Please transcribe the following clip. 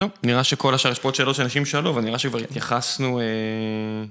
נראה שכל השאר יש פה עוד שאלות שאנשים שאלו, אבל נראה שכבר התייחסנו...